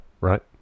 Right